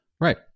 right